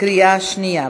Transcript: בקריאה שנייה.